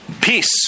Peace